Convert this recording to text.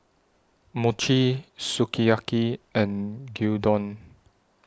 Mochi Sukiyaki and Gyudon